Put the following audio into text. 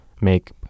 make